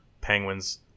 Penguins